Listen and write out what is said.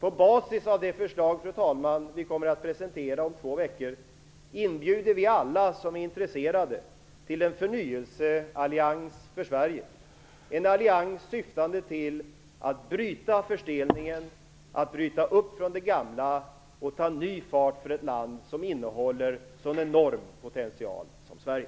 På basis av de förslag som vi kommer att presentera om två veckor, inbjuder vi alla som är intresserade till en förnyelseallians för Sverige. Alliansen syftar till att bryta förstelningen, till att bryta upp ifrån det gamla och till att ta ny fart för ett land som har en så enorm potential som Sverige.